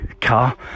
car